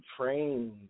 trained